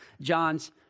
John's